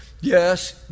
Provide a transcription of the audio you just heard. Yes